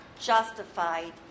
justified